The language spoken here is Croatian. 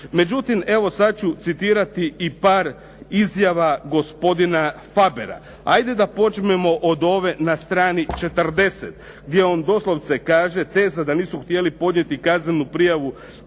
Međutim, evo sad ću citirati i par izjava gospodina Fabera. Hajde da počnemo od ove na strani 40. gdje on doslovce kaže, teza da nisu htjeli podnijeti kaznenu prijavu